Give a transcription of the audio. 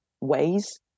ways